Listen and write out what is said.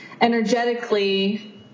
energetically –